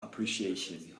appreciation